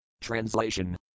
Translation